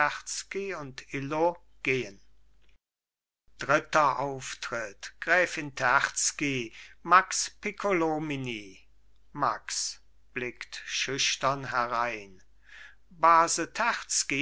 illo gehen dritter auftritt gräfin terzky max piccolomini max blickt schüchtern herein base